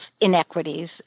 inequities